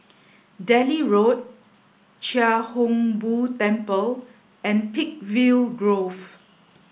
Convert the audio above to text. Delhi Road Chia Hung Boo Temple and Peakville Grove